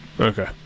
Okay